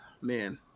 man